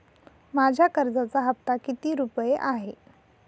माझ्या कर्जाचा हफ्ता किती रुपये आहे?